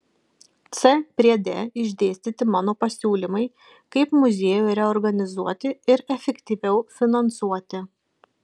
c priede išdėstyti mano pasiūlymai kaip muziejų reorganizuoti ir efektyviau finansuoti